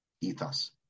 ethos